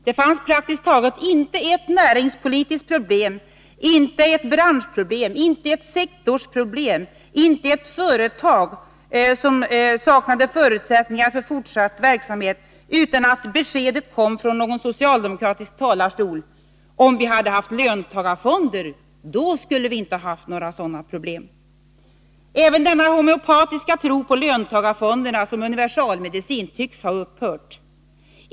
Det fanns praktiskt taget inte ett näringspolitiskt problem, inte ett branschproblem, inte ett sektorsproblem, inte ett företag som saknade förutsättningar för fortsatt verksamhet utan att beskedet kom från någon socialdemokratisk talarstol: Om vi hade haft löntagarfonder, då skulle vi inte ha haft några sådana problem. Även denna homeopatiska tro på löntagarfonderna som universalmedicin tycks ha upphört.